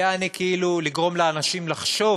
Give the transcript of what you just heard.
יעני כאילו לגרום לאנשים לחשוב